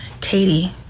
Katie